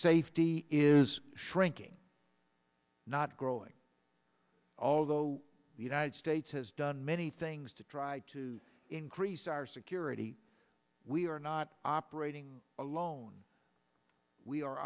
safety is shrinking not growing although the united states has done many things to try to increase our security we are not operating alone we are